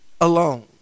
alone